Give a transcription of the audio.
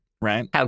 right